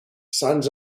sants